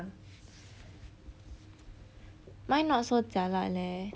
mine not so jialat leh